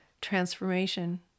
transformation